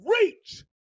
reach